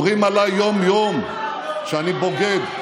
אומרים עליי יום-יום שאני בוגד.